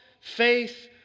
faith